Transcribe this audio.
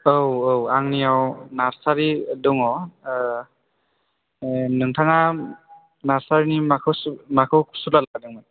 औ औ आंनियाव नारसारि दङ नोंथाङा नारसारिनि माखौ माखौ सुलाद लादोंमोन